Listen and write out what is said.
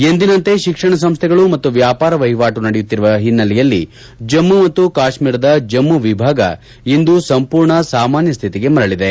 ಎಂದಿನಂತೆ ಶಿಕ್ಷಣ ಸಂಸ್ಡೆಗಳು ಮತ್ತು ವ್ಯಾಪಾರ ವಹಿವಾಟು ನಡೆಯುತ್ತಿರುವ ಹಿನ್ನೆಲೆಯಲ್ಲಿ ಜಮ್ಮು ಮತ್ತು ಕಾಶ್ಮೀರದ ಜಮ್ಮು ವಿಭಾಗ ಇಂದು ಸಂಪೂರ್ಣ ಸಾಮಾನ್ಯ ಸ್ಥಿತಿಗೆ ಮರಳಿದೆ